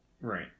right